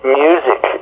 music